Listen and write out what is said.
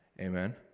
amen